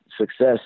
success